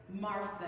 Martha